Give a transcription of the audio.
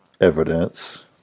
evidence